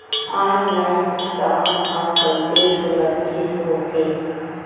Online भुगतान हा कइसे सुरक्षित होथे?